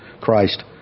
Christ